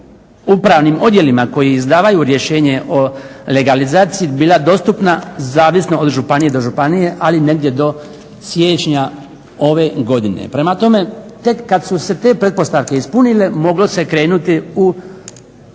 upravnim odjelima koji izdavaju rješenje o legalizaciji bila dostupna zavisno od županije do županije ali negdje do siječnja ove godine. Prema tome, tek kad su se te pretpostavke ispunile moglo se krenuti u